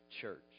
church